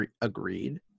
agreed –